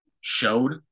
showed